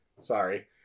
sorry